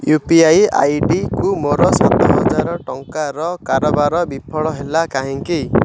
you P I ID କୁ ମୋର ସାତହଜାର ଟଙ୍କାର କାରବାର ବିଫଳ ହେଲା କାହିଁକି